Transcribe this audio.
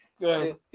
good